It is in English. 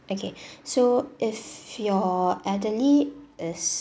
okay so if your elderly is